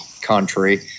country